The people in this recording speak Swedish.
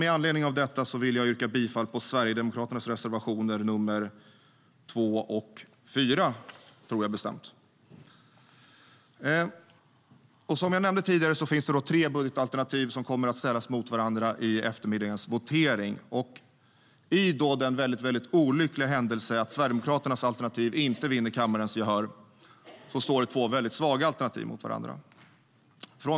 Med anledning av detta vill jag yrka bifall till Sverigedemokraternas reservationer 2 och 4.Som jag tidigare nämnde kommer tre budgetalternativ att ställas mot varandra i voteringen i eftermiddag. I den väldigt olyckliga händelse att Sverigedemokraternas alternativ inte vinner gehör i kammaren står två väldigt svaga alternativ mot varandra.